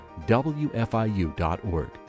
WFIU.org